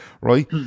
Right